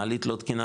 מעלית לא תקינה,